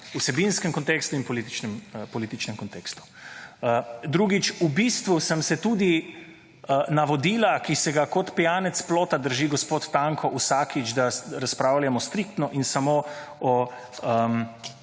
vsebinskem kontekstu in političnem kontekstu. Drugič. v bistvu sem se tudi navodila, ki se ga kot pijanec plota državi gospod Tanko vsakič, da razpravljamo striktno in samo o